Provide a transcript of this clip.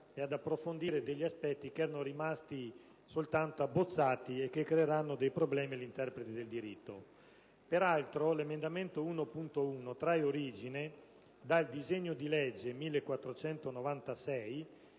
e ad approfondire alcuni aspetti che erano rimasti soltanto abbozzati e che creeranno dei problemi agli interpreti del diritto. Peraltro, l'emendamento 1.1 trae origine dal disegno di legge n. 1496